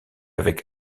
avec